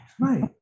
Right